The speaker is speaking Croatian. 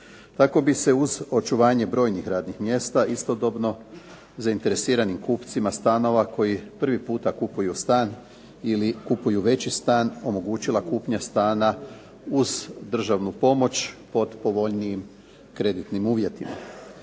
Tako bi se uz očuvanje brojnih radnih mjesta istodobno zainteresiranim kupcima stanova koji prvi puta kupuju stan ili kupuju veći stan omogućila kupnja stana uz državnu pomoć pod povoljnijim kreditnim uvjetima.